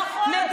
נכון, צודקת.